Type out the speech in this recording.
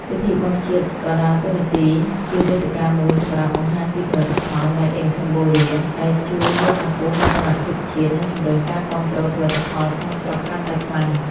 ពិធីបុណ្យជាតិក៏ដើរតួនាទីជាវេទិកាមួយសម្រាប់បង្ហាញពីផលិតផល "Made in Cambodia" ដែលជួយលើកកម្ពស់មោទនភាពជាតិ និងជំរុញការគាំទ្រផលិតផលក្នុងស្រុកកាន់តែខ្លាំង។